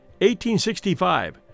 1865